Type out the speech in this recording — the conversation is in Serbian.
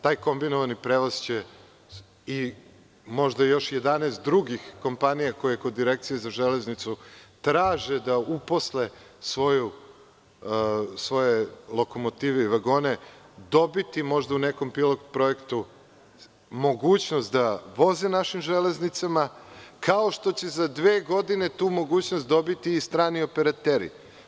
Taj „Kombinovani prevoz“ će i možda još 11 drugih kompanija koje Direkcije za železnicu traže da uposle svoje lokomotive i vagone, dobiti možda u nekom pilot projektu mogućnost da voze našim železnicama, kao što će za dve godine tu mogućnost dobiti i strani operateri.